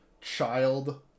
child